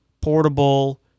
portable